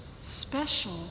special